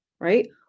right